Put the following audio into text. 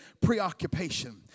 preoccupation